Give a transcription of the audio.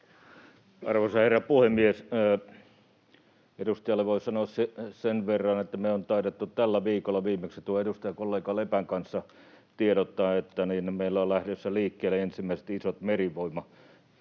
Arvoisa herra puhemies! Edustajalle voin sanoa sen verran, että on taidettu tällä viikolla viimeksi edustajakollega Lepän kanssa tiedottaa, että meillä on lähdössä liikkeelle ensimmäiset isot